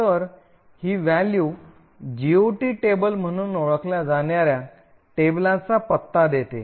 तर ही value GOT table म्हणून ओळखल्या जाणार्या टेबलाचा पत्ता देते